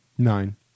Nine